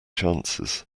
chances